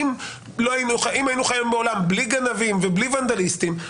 אם היינו חיים בעולם בלי גנבים ובלי ונדליסטים,